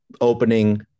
opening